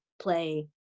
play